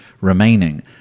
remaining